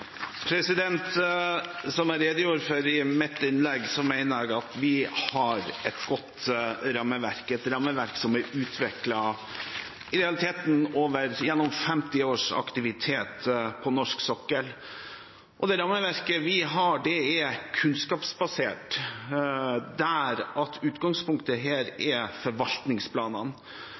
Som jeg redegjorde for i mitt innlegg, mener jeg at vi har et godt rammeverk, et rammeverk som i realiteten er utviklet gjennom 50 års aktivitet på norsk sokkel. Det rammeverket vi har, er kunnskapsbasert, og utgangspunktet er forvaltningsplanene.